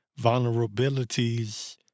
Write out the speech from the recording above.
vulnerabilities